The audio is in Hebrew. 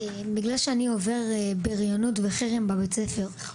א': כי אני עובר בריונות וחרם בבית הספר.